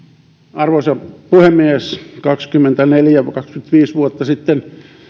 arvoisa puhemies kaksikymmentäneljä viiva kaksikymmentäviisi vuotta sitten